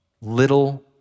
little